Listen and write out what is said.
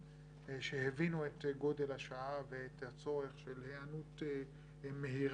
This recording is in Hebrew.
שהבינו את גודל השעה ואת הצורך של היענות מהירה